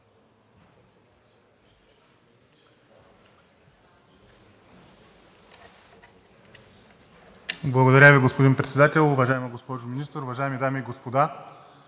Благодаря Ви, господин Председател. Уважаема госпожо Министър, уважаеми дами и господа!